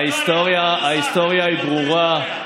ההיסטוריה היא ברורה,